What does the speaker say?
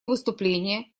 выступление